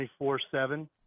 24-7